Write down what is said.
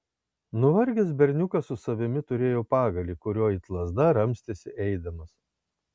nuvargęs berniukas su savimi turėjo pagalį kuriuo it lazda ramstėsi eidamas